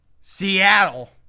Seattle